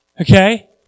Okay